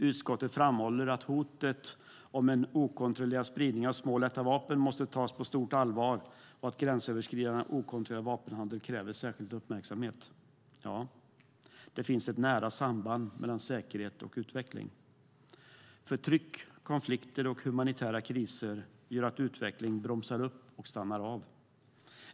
Utskottet framhåller att hotet om en okontrollerad spridning av små och lätta vapen måste tas på stort allvar och att gränsöverskridande okontrollerad vapenhandel kräver särskild uppmärksamhet. Det finns ett nära samband mellan säkerhet och utveckling. Förtryck, konflikter och humanitära kriser gör att utveckling bromsar upp och stannar av.